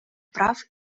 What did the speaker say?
прав